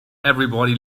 everybody